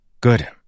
Good